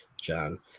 John